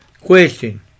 Question